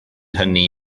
hynny